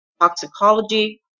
toxicology